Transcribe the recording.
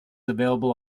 available